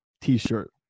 t-shirt